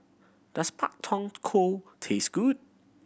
does Pak Thong Ko taste good